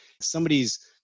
Somebody's